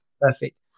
Perfect